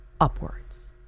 upwards